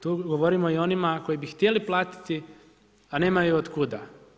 Tu govorimo i o onima koji bi htjeli platiti, a nemaju od kuda.